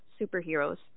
superheroes